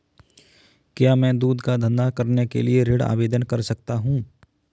क्या मैं दूध का धंधा करने के लिए ऋण आवेदन कर सकता हूँ?